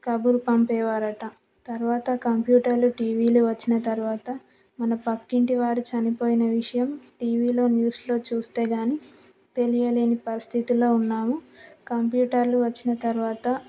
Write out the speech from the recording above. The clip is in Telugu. కబురు పంపేవారంట తర్వాత కంప్యూటర్లు టీవీలు వచ్చిన తర్వాత మన పక్కింటి వారు చనిపోయిన విషయం టీవీలో న్యూస్లో చూస్తే కానీ తెలియలేని పరిస్థితిలో ఉన్నాము కంప్యూటర్లు వచ్చిన తర్వాత